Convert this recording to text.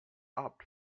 opt